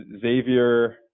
Xavier